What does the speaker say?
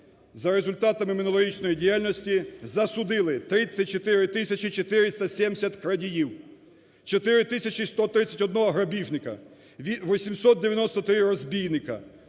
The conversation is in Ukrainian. За результатами минулорічної діяльності засудили 34 тисячі 470 крадіїв, 4 тисячі 131 грабіжника, 893 розбійника.